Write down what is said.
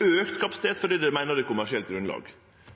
auka kapasitet fordi ein meiner det er et kommersielt grunnlag